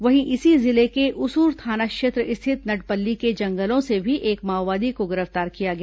वहीं इसी जिले के उसूर थाना क्षेत्र स्थित नडपल्ली के जंगलों से भी एक माओवादी को गिरफ्तार किया गया